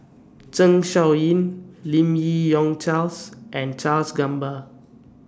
Zeng Shouyin Lim Yi Yong Charles and Charles Gamba